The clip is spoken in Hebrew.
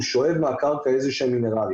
הוא שואב מהקרקע איזה שהם מינרלים